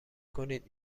کنید